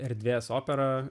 erdvės opera